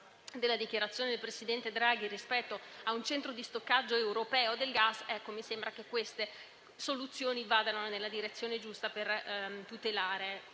fa la dichiarazione del presidente Draghi rispetto a un centro di stoccaggio europeo del gas; mi sembra che tali soluzioni vadano nella direzione giusta per tutelare